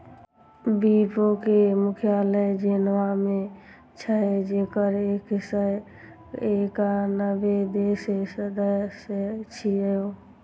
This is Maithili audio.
विपो के मुख्यालय जेनेवा मे छै, जेकर एक सय एकानबे देश सदस्य छियै